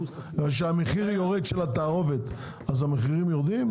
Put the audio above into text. כשהמחיר של התערובת יורד, אז המחירים יורדים?